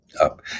up